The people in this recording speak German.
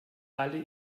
alle